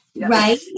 right